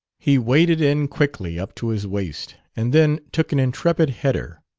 he waded in quickly up to his waist, and then took an intrepid header.